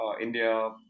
india